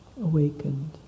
awakened